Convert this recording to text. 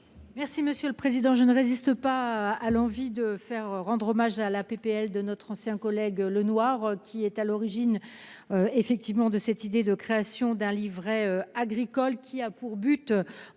Merci monsieur le président je ne résiste pas à l'envie de faire, rendre hommage à la PPL de notre ancien collègue le noir qui est à l'origine. Effectivement de cette idée de création d'un livret agricole qui a pour but